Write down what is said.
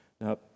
Now